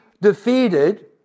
defeated